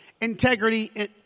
Integrity